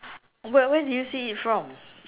where where do you see it from